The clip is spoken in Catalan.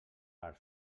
per